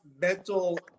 mental